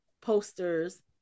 posters